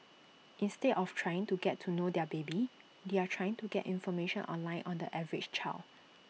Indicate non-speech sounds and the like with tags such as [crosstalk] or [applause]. instead of trying to get to know their [noise] baby they are trying to get information online on the average child